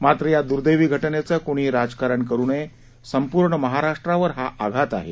मात्र या दुर्दैवी घटनेचं कुणीही राजकारण करू नये संपूर्ण महाराष्ट्रावर हा आघात आहे